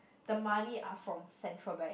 the money are from Central Bank